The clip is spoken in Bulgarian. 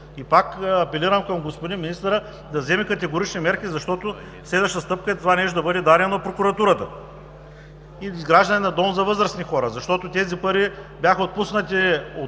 И пак апелирам към господин Министъра, да вземе категорични мерки, защото следващата стъпка е това нещо да бъде дадено на прокуратурата, и изграждането на дом за възрастни хора. Тези пари бяха отпуснати от